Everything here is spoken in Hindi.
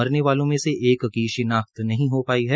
मरने वालों में एक की शिनाख्त नहीं हो पाई है